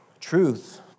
truth